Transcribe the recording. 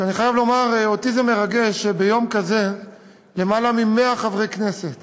אני חייב לומר שאותי זה מרגש שביום כזה למעלה מ-100 חברי כנסת